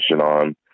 on